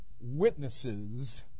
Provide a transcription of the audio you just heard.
witnesses